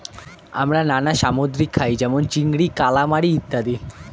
আমরা নানা সামুদ্রিক খাই যেমন চিংড়ি, কালামারী ইত্যাদি